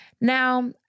Now